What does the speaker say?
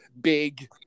big